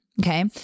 Okay